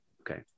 Okay